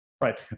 right